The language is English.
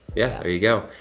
yeah, there you go.